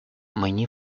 мені